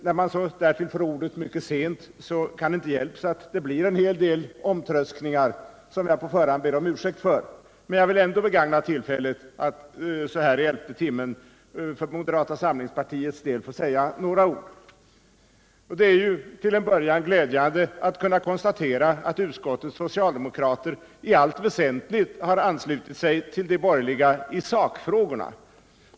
När man därtill får ordet mycket sent kan det inte hjälpas att det blir en hel del omtröskningar, som jag på förhand ber om ursäkt för. Men jag vill ändå begagna tillfället att så här i elfte timmen för moderata samlingspartiets del få säga några ord. Det är till en början glädjande att kunna konstatera att utskottets socialdemokrater i allt väsentligt anslutit sig till de borgerliga i sakfrågorna.